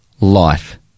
life